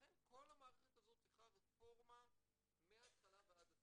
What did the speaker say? לכן כל המערכת הזאת צריכה רפורמה מהתחלה ועד הסוף,